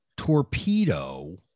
torpedo